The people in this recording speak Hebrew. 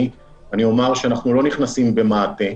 אני אומר שאנחנו לא נכנסים במעטה,